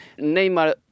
Neymar